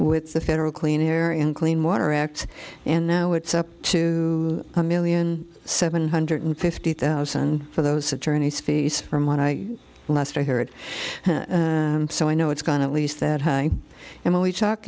with the federal clean air and clean water act and now it's up to a million seven hundred fifty thousand for those attorneys fees from when i last i heard so i know it's gone at least that high and when we talk